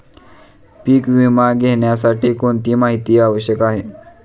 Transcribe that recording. पीक विमा घेण्यासाठी कोणती माहिती आवश्यक आहे?